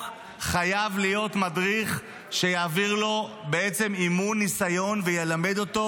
חייב להיות מדריך שיעביר לו אימון ניסיון וילמד אותו